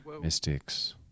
mystics